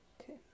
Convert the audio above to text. Okay